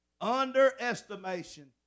Underestimation